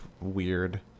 weird